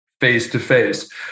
face-to-face